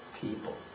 people